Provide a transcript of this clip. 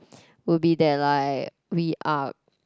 will be that like we are